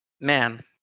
man